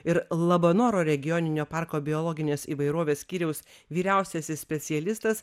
ir labanoro regioninio parko biologinės įvairovės skyriaus vyriausiasis specialistas